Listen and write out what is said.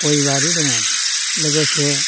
गय बारि दङ लोगोसे